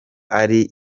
ari